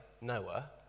Noah